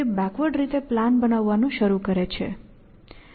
તે બેકવર્ડ રીતે પ્લાન બનાવવાનું શરૂ કરે છે